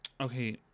okay